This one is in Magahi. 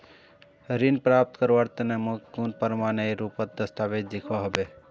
ऋण प्राप्त करवार तने मोक कुन प्रमाणएर रुपोत दस्तावेज दिखवा होबे?